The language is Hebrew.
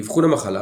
לאבחון המחלה,